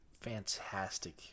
fantastic